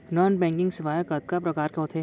non banking सेवाएं कतका प्रकार के होथे